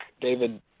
David